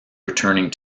returning